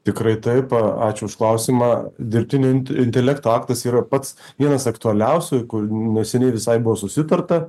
tikrai taip ačiū už klausimą dirbtinio intelekto aktas yra pats vienas aktualiausių kur neseniai visai buvo susitarta